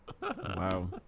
Wow